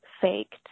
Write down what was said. faked